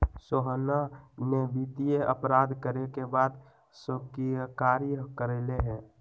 सोहना ने वित्तीय अपराध करे के बात स्वीकार्य कइले है